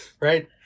Right